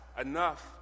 enough